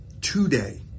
today